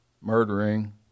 murdering